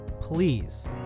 please